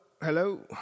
hello